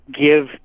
give